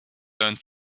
learned